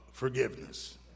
forgiveness